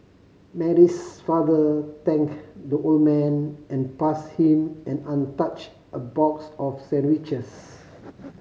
Mary's father thanked the old man and passed him an untouched a box of sandwiches